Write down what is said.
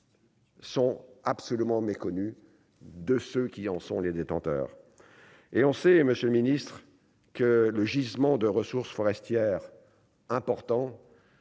Sont absolument méconnu de ceux qui en sont les détenteurs et on sait, Monsieur le Ministre, que le gisement de ressources forestières important.